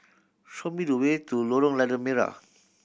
show me the way to Lorong Lada Merah